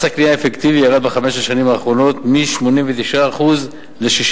מס הקנייה האפקטיבי ירד בחמש השנים האחרונות מ-89% ל-66%.